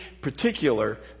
particular